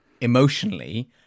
emotionally